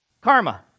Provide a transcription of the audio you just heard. Karma